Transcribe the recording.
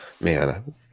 Man